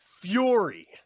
fury